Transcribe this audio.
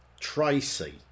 Tracy